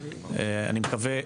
אני מקווה,